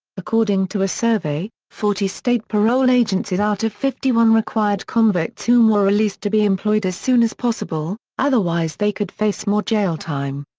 according to a survey, forty state parole agencies out of fifty-one required convicts whom were released to be employed as soon as possible, otherwise they could face more jail time.